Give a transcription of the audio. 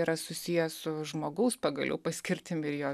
yra susiję su žmogaus pagaliau paskirtim ir jo